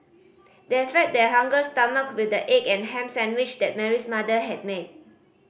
they fed their hungry stomachs with the egg and ham sandwich that Mary's mother had made